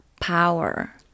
power